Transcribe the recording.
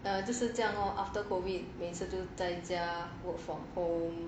err 就是这样 lor after COVID 每次在家 work from home